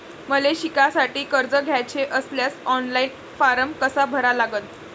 मले शिकासाठी कर्ज घ्याचे असल्यास ऑनलाईन फारम कसा भरा लागन?